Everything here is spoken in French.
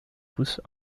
pouce